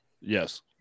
Yes